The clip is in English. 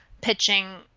pitching